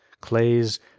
clays